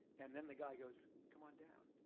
and then the guy goes, come on down.